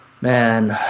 Man